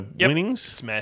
winnings